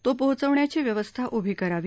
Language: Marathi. तो पोहोचवण्याची व्यवस्था उभी करावी